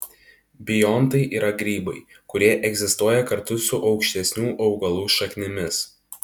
biontai yra grybai kurie egzistuoja kartu su aukštesnių augalų šaknimis